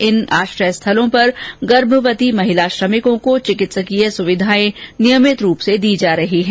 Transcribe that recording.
इन आश्रयस्थलों पर गर्भवती महिला श्रमिकों को चिकित्सकीय सुविधाएं नियमित रूप से दी जा रही है